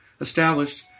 established